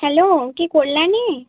hello কে কল্যাণী